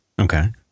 Okay